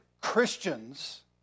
Christians